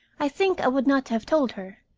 i think i would not have told her,